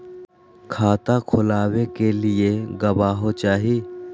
खाता खोलाबे के लिए गवाहों चाही?